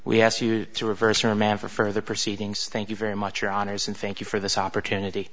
we asked you to reverse remand for further proceedings thank you very much your honors and thank you for this opportunity